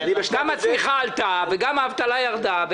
גם הצמיחה עלתה וגם האבטלה ירדה,